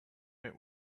met